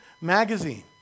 magazine